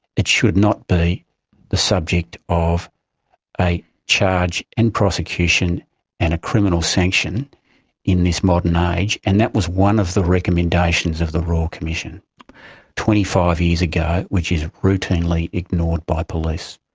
it should not be the subject of a charge and prosecution and a criminal sanction in this modern age, and that was one of the recommendations of the royal commission twenty five years ago which is routinely ignored by police.